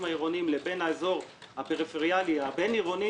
העירוניים לבין האזור הפריפריאלי הבין-עירוני,